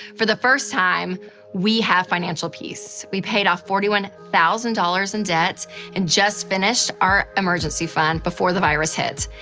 for the first time we have financial peace. we paid off forty one thousand dollars in debt and just finished our emergency fund before the virus hit.